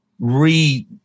re